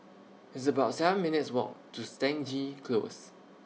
It's about seven minutes' Walk to Stangee Close